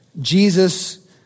Jesus